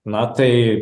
na tai